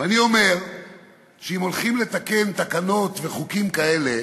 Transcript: ואני אומר שאם הולכים לתקן תקנות וחוקים כאלה,